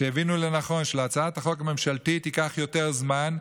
שהבינו לנכון שלהצעת חוק הממשלתית ייקח יותר זמן,